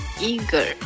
eager